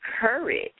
courage